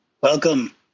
Welcome